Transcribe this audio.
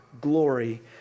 glory